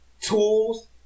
tools